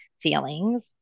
feelings